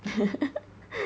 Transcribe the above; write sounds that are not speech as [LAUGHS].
[LAUGHS]